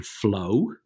flow